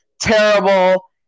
terrible